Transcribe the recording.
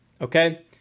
Okay